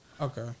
Okay